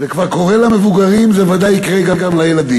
זה כבר קורה למבוגרים, זה בוודאי יקרה גם לילדים.